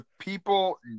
people